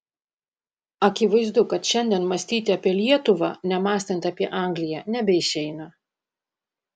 akivaizdu kad šiandien mąstyti apie lietuvą nemąstant apie angliją nebeišeina